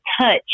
touch